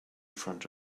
front